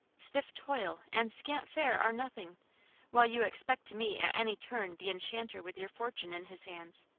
stiff toil and scant fare are nothing while you expect to meet at any turning the enchanter with your fortune in his hands.